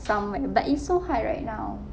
somewhere but it's so hard right now